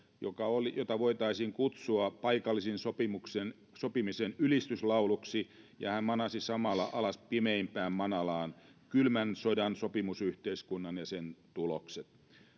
jota voitaisiin kutsua paikallisen sopimisen ylistyslauluksi ja hän manasi samalla alas pimeimpään manalaan kylmän sodan sopimusyhteiskunnan ja sen tulokset